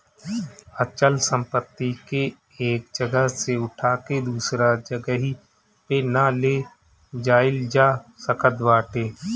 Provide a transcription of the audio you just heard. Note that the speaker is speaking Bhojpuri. अचल संपत्ति के एक जगह से उठा के दूसरा जगही पे ना ले जाईल जा सकत बाटे